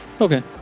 Okay